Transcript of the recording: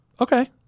okay